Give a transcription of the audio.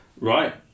right